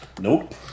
Nope